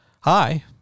Hi